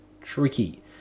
tricky